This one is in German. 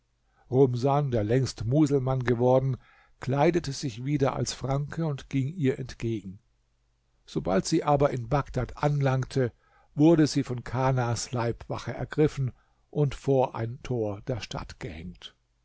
rumsan der längst muselmann geworden kleidete sich wieder als franke und ging ihr entgegen sobald sie aber in bagdad anlangte wurde sie von kanas leibwache ergriffen und vor ein tor der stadt gehängt